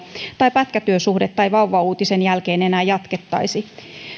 tai pätkätyösuhdetta ei vauvauutisen jälkeen enää jatkettaisi